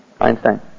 Einstein